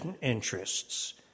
interests